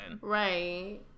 Right